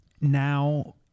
now